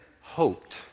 hoped